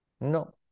No